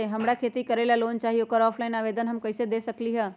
हमरा खेती करेला लोन चाहि ओकर ऑफलाइन आवेदन हम कईसे दे सकलि ह?